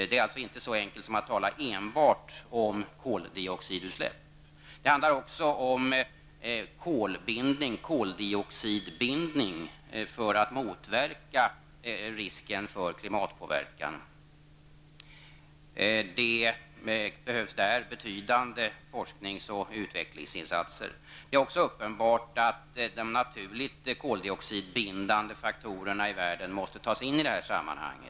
Det är alltså inte så enkelt som att enbart tala om koldioxidutsläppen. Det handlar också om kolbindning och koldioxidbindning för att motverka risken för klimatpåverkan. Det behövs betydande forsknings och utvecklingsinsatser där. Det är också uppenbart att de naturligt koldioxidbindande faktorerna i världen måste tas in i det här sammanhanget.